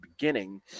beginning